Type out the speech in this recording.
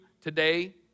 today